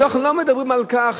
אנחנו לא מדברים על כך,